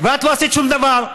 ואת לא עשית שום דבר,